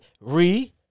Re